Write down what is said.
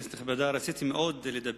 כנסת נכבדה,